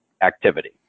activity